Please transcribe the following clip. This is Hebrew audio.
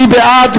מי בעד?